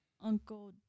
Uncle